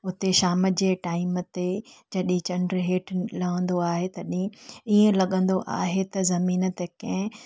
उते शाम जे टाइम ते जॾहिं चंडु हेठि लवंदो आहे तॾहिं ईअं लॻंदो आहे त ज़मीन ते कंहिं